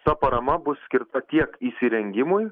ta parama bus skirta tiek įsirengimui